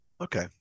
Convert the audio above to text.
Okay